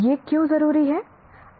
यह क्यों जरूरी है